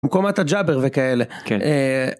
מקומת הג'בר וכאלה.